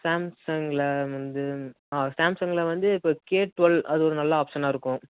சாம்சங்கில் வந்து ஆ சாம்சங்கில் வந்து இப்போ கே டுவெல் அது ஒரு நல்ல ஆப்ஷனாக இருக்கும்